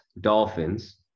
Dolphins